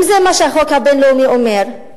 אם זה מה שהחוק הבין-לאומי אומר,